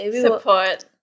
support